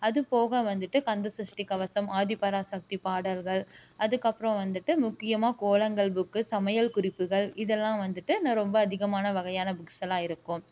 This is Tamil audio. அது போக வந்துகிட்டு கந்த சஷ்டி கவசம் ஆதிபராசக்தி பாடல்கள் அதுக்கு அப்புறோம் வந்துகிட்டு முக்கியமான கோலங்கள் புக்கு சமையல் குறிப்புகள் இதெல்லாம் வந்துகிட்டு நான் ரொம்ப அதிகமான வகையான புக்ஸ் எல்லாம் இருக்கும்